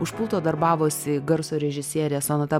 už pulto darbavosi garso režisierė sonata